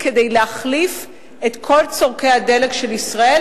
כדי להחליף את כל צורכי הדלק של ישראל,